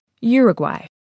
Uruguay